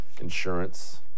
insurance